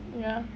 ya